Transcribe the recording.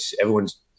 everyone's